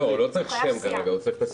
לא, הוא לא צריך שם כרגע, הוא צריך את הסיעה.